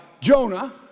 Jonah